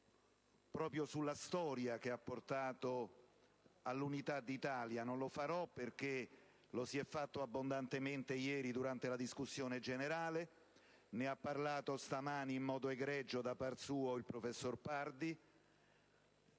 certo sulla storia che ha portato all'Unità d'Italia. Non lo farò perché lo si è già fatto abbondantemente ieri durante la discussione generale, e ne ha parlato anche stamani, in modo egregio, da par suo, il senatore Pardi,